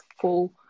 full